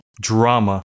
drama